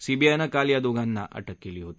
सीबीआयनं काल या दोघांना काल अटक केली होती